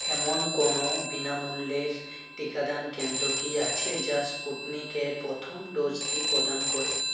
এমন কোনও বিনামূল্যে র টিকাদান কেন্দ্র কি আছে যা স্পুটনিক এর প্রথম ডোজ টি প্রদান করে